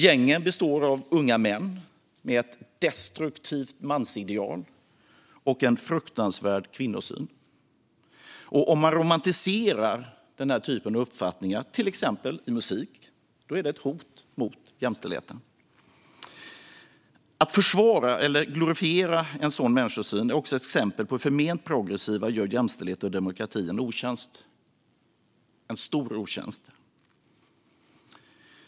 Gängen består av unga män med ett destruktivt mansideal och en fruktansvärd kvinnosyn. Om man romantiserar denna typ av uppfattningar, till exempel i musik, är det ett hot mot jämställdheten. Att försvara eller glorifiera en sådan människosyn är också ett exempel på hur förment progressiva gör jämställdhet och demokrati en stor otjänst.